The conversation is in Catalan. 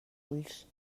ulls